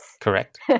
Correct